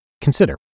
Consider